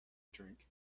drink